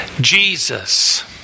Jesus